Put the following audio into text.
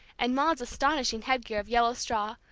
and maude's astonishing headgear of yellow straw,